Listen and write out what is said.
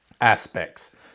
aspects